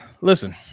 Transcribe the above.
Listen